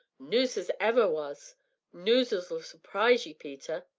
noos as ever was noos as'll surprise ye, peter.